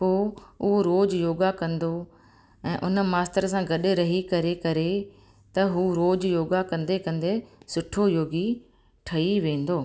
पोइ उहो रोज़ु योगा कंदो ऐं उन मास्तर सां गॾु रही करे करे त हू रोज़ु योगा कंदे कंदे सुठो योगी ठही वेंदो